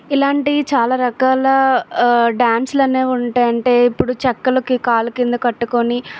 ఇలాంటివి చాలా రకాల ఆ డ్యాన్స్లు అనేవి ఉంటాయి అంటే ఇప్పుడు చెక్కలకి కాలు కింద కట్టుకొని